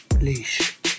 leash